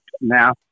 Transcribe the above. now